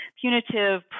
punitive